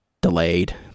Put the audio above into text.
delayed